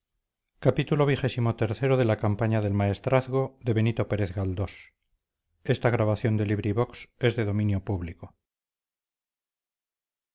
la campaña del